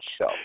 show